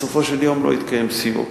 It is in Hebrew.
בסופו של יום, לא התקיים סיור.